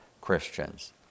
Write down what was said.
Christians